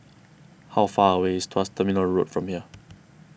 how far away is Tuas Terminal Road from here